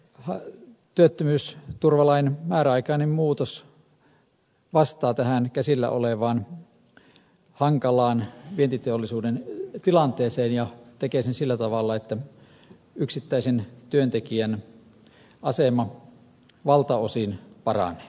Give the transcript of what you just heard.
hay työttömyys työttömyysturvalain määräaikainen muutos vastaa tähän käsillä olevaan hankalaan vientiteollisuuden tilanteeseen ja tekee sen sillä tavalla että yksittäisen työntekijän asema valtaosin paranee